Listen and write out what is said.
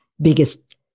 biggest